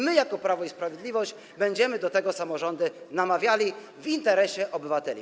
My jako Prawo i Sprawiedliwość będziemy do tego samorządy namawiali w interesie obywateli.